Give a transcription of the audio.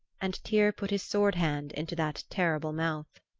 and tyr put his swordhand into that terrible mouth.